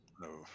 No